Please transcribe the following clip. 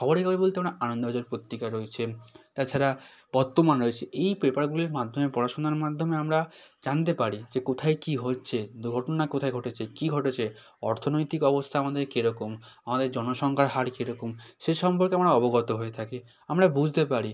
খবরের কাগজ বলতে আমরা আনন্দবাজার পত্রিকা রয়েছে তাছাড়া বর্তমান রয়েছে এই পেপারগুলির মাধ্যমে পড়াশুনার মাধ্যমে আমরা জানতে পারি যে কোথায় কী হচ্ছে ঘটনা কোথায় ঘটেছে কী ঘটেছে অর্থনৈতিক অবস্থা আমাদের কীরকম আমাদের জনসংখ্যার হার কীরকম সে সম্পর্কে আমরা অবগত হয়ে থাকি আমরা বুঝতে পারি